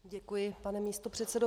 Děkuji, pane místopředsedo.